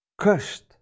Cursed